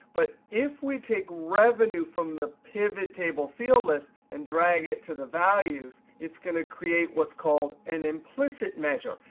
but if we take revenue from the pivot table field list and drag it to the values, it's going to create what's called an implicit measure.